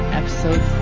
episode